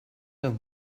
der